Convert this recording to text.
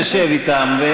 תשב אתם.